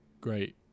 great